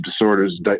disorders